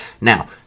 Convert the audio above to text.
Now